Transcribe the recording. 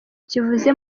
kivuze